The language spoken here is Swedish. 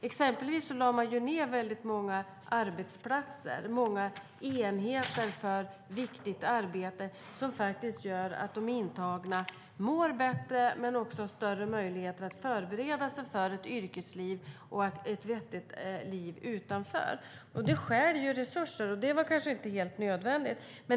Exempelvis lade man ned väldigt många arbetsplatser och många enheter för viktigt arbete som gör att de intagna mår bättre men också har större möjligheter att förbereda sig för ett yrkesliv och ett vettigt liv utanför. Det stjäl resurser, och det var kanske inte helt nödvändigt.